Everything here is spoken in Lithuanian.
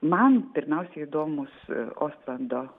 man pirmiausia įdomus ostlando